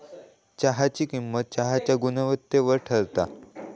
चहाची किंमत चहाच्या गुणवत्तेवर ठरता